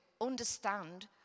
understand